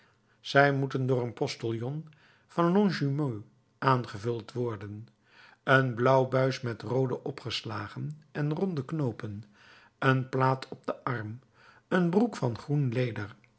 zij moeten door een postillon van longjumeau aangevuld worden een blauw buis met roode opslagen en ronde knoopen een plaat op den arm een broek van groen leder